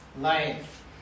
life